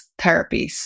therapies